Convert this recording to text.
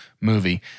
movie